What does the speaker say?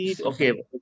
Okay